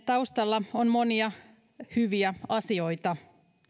taustalla on monia hyviä asioita